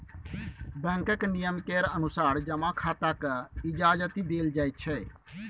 बैंकक नियम केर अनुसार जमा खाताकेँ इजाजति देल जाइत छै